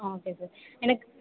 ஆ okay sir எனக்கு